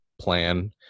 plan